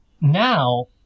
now